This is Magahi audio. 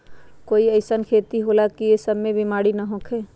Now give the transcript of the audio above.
कोई अईसन खेती होला की वो में ई सब बीमारी न होखे?